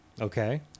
Okay